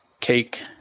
take